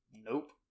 Nope